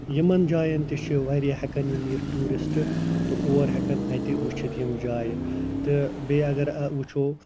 یِمن جاین تہِ چھِ وارِیاہ ہٮ۪کان یِم یِتھ ٹیٛوٗرسٹہٕ تہٕ اور ہٮ۪کان اَتہِ وُچھِتھ یِم جایہِ تہٕ بیٚیہِ اگر آ وُچھُو